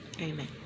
Amen